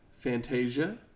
Fantasia